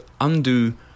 undo